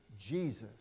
Jesus